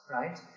right